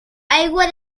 aigua